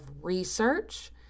research